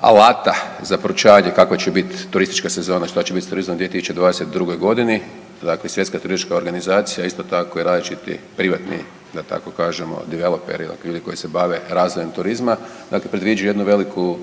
alata za proučavanje kakva će bit turistička sezona, šta će bit s turizmom u 2022.g.. Dakle i Svjetska turistička organizacija, isto tako i različiti privatni da tako kažemo diveloperi, okviri koji se bave razvojem turizma, dakle predviđaju jednu veliku